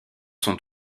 sont